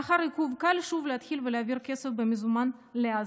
לאחר עיכוב קל: שוב להתחיל ולהעביר כסף במזומן לעזה.